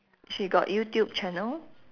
she got youtube channel